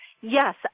Yes